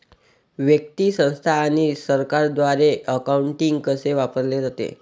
व्यक्ती, संस्था आणि सरकारद्वारे अकाउंटिंग कसे वापरले जाते